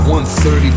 130